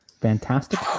Fantastic